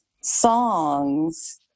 songs